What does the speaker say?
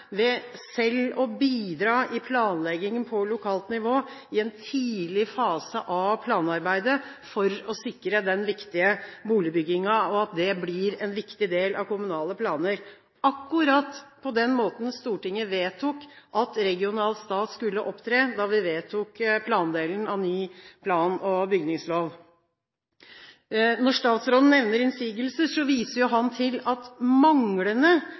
ved selv å bidra i planleggingen på lokalt nivå i en tidlig fase av planarbeidet for å sikre den viktige boligbyggingen, og at det blir en viktig del av kommunale planer – akkurat på den måten Stortinget vedtok at regional stat skulle opptre da vi vedtok plandelen av ny plan- og bygningslov. Når statsråden nevner innsigelser, så viser han jo til at manglende